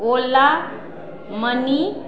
ola money